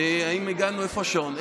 איפה השעון?